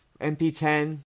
MP10